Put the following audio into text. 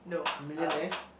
millionaire